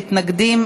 מתנגדים,